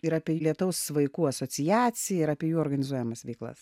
ir apie lietaus vaikų asociaciją ir apie jų organizuojamas veiklas